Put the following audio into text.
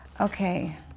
Okay